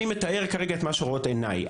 אני מתאר כרגע את מה שרואות עיני.